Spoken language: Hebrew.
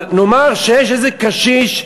אבל נאמר שיש איזה קשיש,